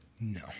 No